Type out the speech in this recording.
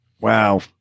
wow